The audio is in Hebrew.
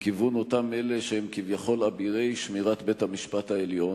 מכיוון אותם אלה שהם כביכול אבירי שמירת בית-המשפט העליון,